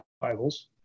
Bibles